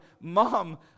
mom